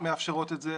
מאפשרות את זה,